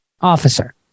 officer